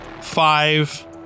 five